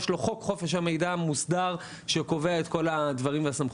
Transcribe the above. יש לו חוק חופש המידע והוא מוסדר וקובע כל הדברים והסמכויות.